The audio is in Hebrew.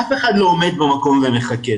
אף אחד לא עומד במקום ומחכה,